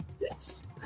yes